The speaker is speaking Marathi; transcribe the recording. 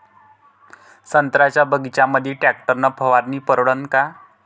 संत्र्याच्या बगीच्यामंदी टॅक्टर न फवारनी परवडन का?